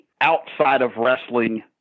outside-of-wrestling